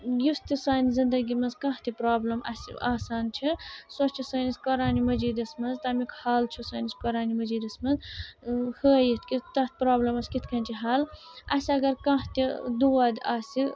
یُس تہِ سانہِ زندگی منٛز کانٛہہ تہِ پرٛابلِم اسہِ آسان چھِ سۄ چھِ سٲنِس قۄرانِ مجیٖدَس منٛز تَمیٛک حل چھُ سٲنِس قۄرانِ مجیٖدَس منٛز ٲں ہٲیِتھ کہِ تَتھ پرٛابلِمَس کِتھ کٔنۍ چھُ حل اسہِ اگر کانٛہہ تہِ دود آسہِ